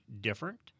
different